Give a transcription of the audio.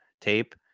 tape